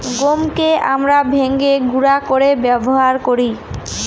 গমকে আমরা ভেঙে গুঁড়া করে ব্যবহার করি